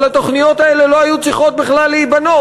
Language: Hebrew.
אבל התוכניות האלה לא היו צריכות בכלל להיבנות,